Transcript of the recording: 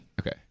Okay